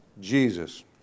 Jesus